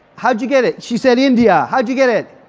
how'd you get it? she said india. how'd you get it?